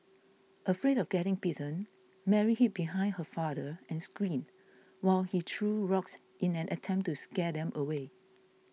afraid of getting bitten Mary hid behind her father and screamed while he threw rocks in an attempt to scare them away